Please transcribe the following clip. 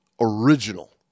original